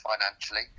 financially